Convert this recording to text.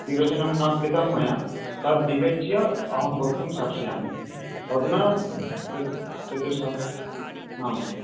विवेचनं न कृतं मया तत् विवेच्य तत् वक्तुं शक्नोमि अधुना चतु चतु सह् आम्